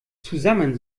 zusammen